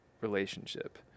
relationship